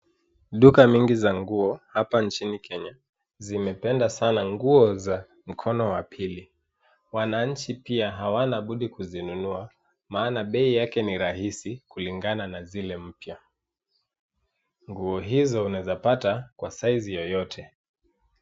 Duka mingi za nguo hapa nchini Kenya zimependa sana nguo za mkono wa pili. Wananchi pia hawana budi kuzinunua maana bei yake ni rahisi kulingana na zile mpya. Nguo hizo unaweza pata kwa size yoyote.